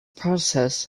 process